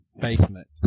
basement